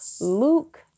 Luke